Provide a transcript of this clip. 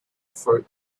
for